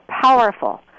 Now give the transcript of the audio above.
powerful